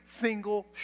single